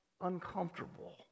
uncomfortable